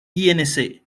inc